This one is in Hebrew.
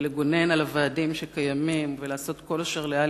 לגונן על ועדים קיימים ולעשות כל אשר לאל